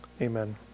Amen